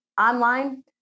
online